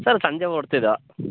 sir ಸಂಜೆ ಹೊರಡ್ತಿದ್ರಾ